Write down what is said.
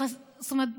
זאת אומרת,